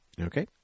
Okay